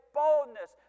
boldness